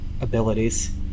abilities